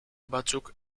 batzuk